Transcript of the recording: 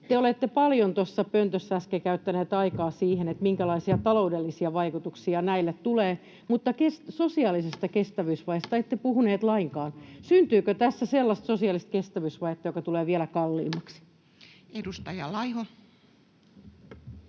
Te olette paljon tuossa pöntössä äsken käyttäneet aikaa siihen, minkälaisia taloudellisia vaikutuksia näille tulee, mutta sosiaalisesta kestävyysvajeesta ette puhuneet lainkaan. Syntyykö tässä sellaista sosiaalista kestävyysvajetta, joka tulee vielä kalliimmaksi? Edustaja Laiho.